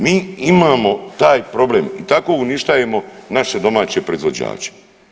Mi imamo taj problem i tako uništajemo naše domaće proizvođače.